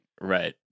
Right